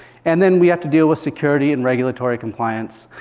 and then we have to deal with security and regulatory compliance.